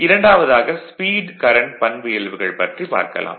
இரண்டாவதாக speed current பண்பியல்புகள் பற்றி பார்க்கலாம்